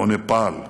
או נפאל,